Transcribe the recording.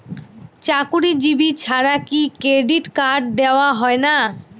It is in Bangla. চাকুরীজীবি ছাড়া কি ক্রেডিট কার্ড দেওয়া হয় না?